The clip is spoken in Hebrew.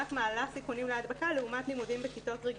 מעלות סיכונים להדבקה לעומת לימודים בכיתות רגילות.